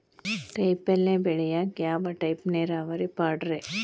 ಕಾಯಿಪಲ್ಯ ಬೆಳಿಯಾಕ ಯಾವ ಟೈಪ್ ನೇರಾವರಿ ಪಾಡ್ರೇ?